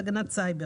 והגנת הסייבר.